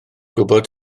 gwybod